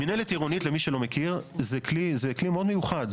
מינהלת עירונית, למי שלא מכיר, זה כלי מאוד מיוחד.